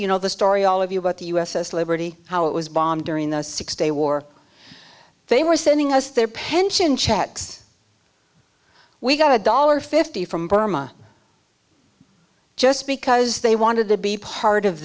you know the story all of you about the u s s liberty how it was bombed during the six day war they were sending us their pension checks we got a dollar fifty from burma just because they wanted to be part of